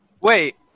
Wait